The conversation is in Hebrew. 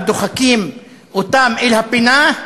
ודוחקים אותם אל הפינה,